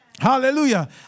Hallelujah